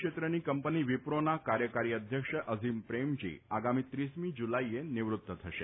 ક્ષેત્રની કંપની વીપ્રોના કાર્યકારી અધ્યક્ષ અઝીમ પ્રેમજી આગામી ત્રીસમી જુલાઇએ નિવૃત થશે